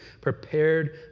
prepared